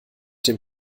dem